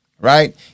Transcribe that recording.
right